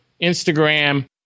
Instagram